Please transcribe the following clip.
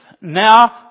now